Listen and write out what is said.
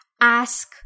ask